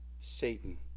Satan